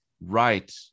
right